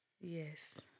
Yes